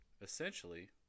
essentially